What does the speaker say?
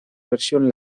versión